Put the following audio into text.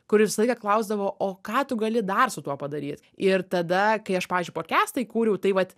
kuris visą laiką klausdavo o ką tu gali dar su tuo padaryt ir tada kai aš pavyzdžiui podkestą įkūriau tai vat